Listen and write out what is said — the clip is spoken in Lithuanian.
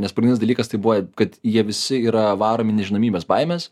nes pagrindinis dalykas tai buvo kad jie visi yra varomi nežinomybės baimės